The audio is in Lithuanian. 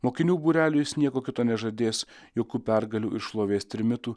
mokinių būreliui jis nieko kito nežadės jokų pergalių ir šlovės trimitų